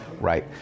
right